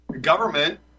government